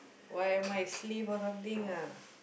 what am I slave or something ah